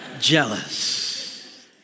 jealous